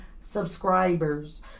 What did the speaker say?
subscribers